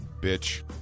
bitch